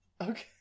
Okay